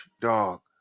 dog